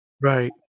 right